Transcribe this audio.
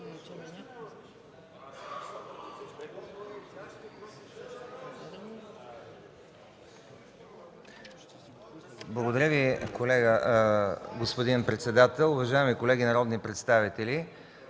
Благодаря Ви, госпожо председател. Уважаеми колеги народни представители,